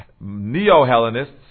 Neo-Hellenists